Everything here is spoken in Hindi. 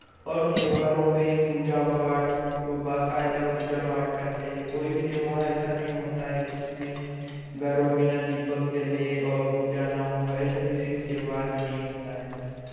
और त्योहारों पे पूजा पाठ व बकायदा पूजा पाठ करते हैं कोई भी त्योहार ऐसा नहीं होता है जिसमें घरों में ना दीपक जले और पूजा ना हो ऐसा किसी भी त्योहार में नहीं होता है